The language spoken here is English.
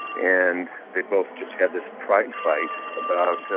and they both just have this pride fight about,